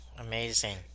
Amazing